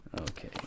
Okay